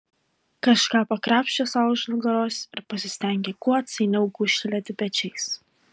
kažką pakrapštė sau už nugaros ir pasistengė kuo atsainiau gūžtelėti pečiais